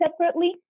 separately